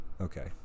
Okay